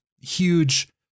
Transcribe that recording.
huge